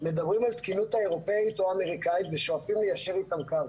מדברים על התקינות האירופאית או האמריקאית ושואפים ליישר איתם קו.